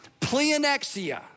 Pleonexia